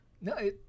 No